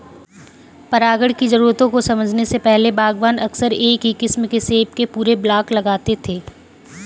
परागण की जरूरतों को समझने से पहले, बागवान अक्सर एक ही किस्म के सेब के पूरे ब्लॉक लगाते थे